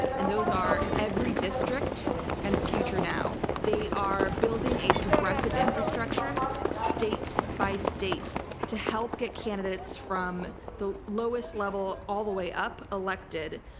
and those are everydistrict and future now. they are building a progressive infrastructure state by state to help get candidates from the lowest level all the way up elected.